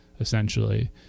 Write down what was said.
essentially